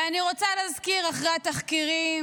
אני רוצה להזכיר, אחרי התחקירים